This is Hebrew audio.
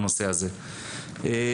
את הספורטאים מהרגע שצריך להגדיר קריטריון,